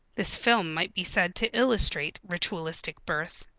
this film might be said to illustrate ritualistic birth,